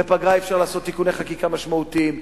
בפגרה אי-אפשר לעשות תיקוני חקיקה משמעותיים,